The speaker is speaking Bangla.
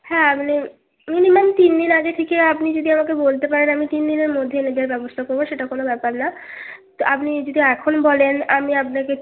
হ্যাঁ আপনি মিনিমাম তিন দিন আগে থেকে আপনি যদি আমাকে বলতে পারেন আমি তিন দিনের মধ্যে এনে দেওয়ার ব্যবস্থা করবো সেটা কোনো ব্যাপার না তা আপনি যদি এখন বলেন আমি আপনাকে